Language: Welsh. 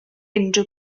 unrhyw